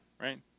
Right